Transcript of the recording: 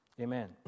Amen